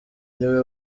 niwe